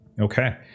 okay